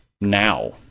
now